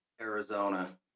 Arizona